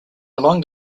along